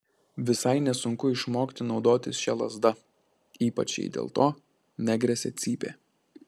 visai nesunku išmokti naudotis šia lazda ypač jei dėl to negresia cypė